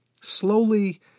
slowly